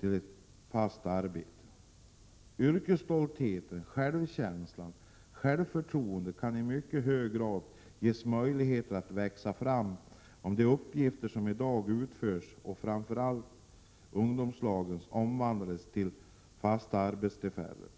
till fast anställning. Yrkesstolthet, självkänsla och självförtroende är egenskaper som i mycket hög grad kan växa fram, om de uppgifter som i dag utförs av framför allt ungdomslag omvandlas till fasta arbetstillfällen.